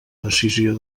decisió